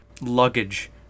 luggage